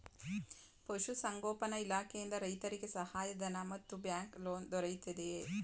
ಪಶು ಸಂಗೋಪನಾ ಇಲಾಖೆಯಿಂದ ರೈತರಿಗೆ ಸಹಾಯ ಧನ ಮತ್ತು ಬ್ಯಾಂಕ್ ಲೋನ್ ದೊರೆಯುತ್ತಿದೆಯೇ?